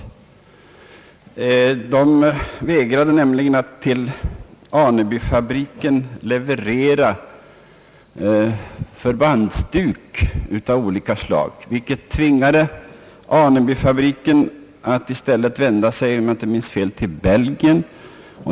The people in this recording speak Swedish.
Man vägrade leverera förbandsväv, vilket tvingade Anebyfabriken att i stället vända sig, om jag inte minns fel, till Belgien.